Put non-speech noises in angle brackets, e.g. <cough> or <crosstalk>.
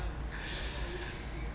<breath>